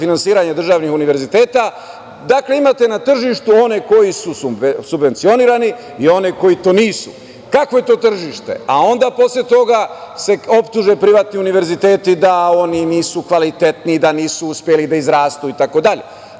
državnih univerziteta, imate na tržištu one koji su subvencionirani i one koji to nisu. Kakvo je to tržište? Onda posle toga se optuže privatni univerziteti da oni nisu kvalitetni, da nisu uspeli da izrastu, itd. Naravno,